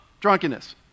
Drunkenness